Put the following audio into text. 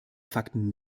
fakten